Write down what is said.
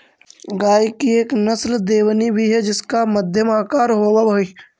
गाय की एक नस्ल देवनी भी है जिसका मध्यम आकार होवअ हई